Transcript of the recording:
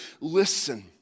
listen